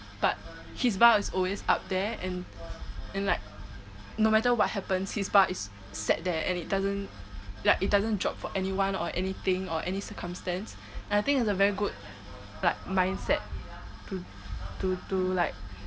but his bar is always up there and and like no matter what happens his bar is set there and it doesn't like it doesn't drop for anyone or anything or circumstance and I think it's a very good like mindset to to to like